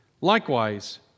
Likewise